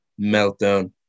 Meltdown